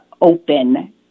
open